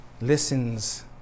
listens